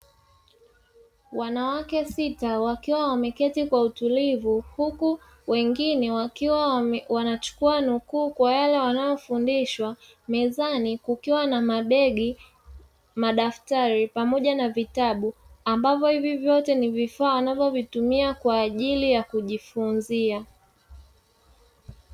Wanawake sita wakiwa wameketi kwa utulivu huku wengine wakiwa wanachukua nukuu kwa yale wanayofundishwa mezani kukiwa na mabege, madaftari pamoja na vitabu ambavyo hivi vyote ni vifaa wanavyovitumia kwa ajili ya kujifunzia.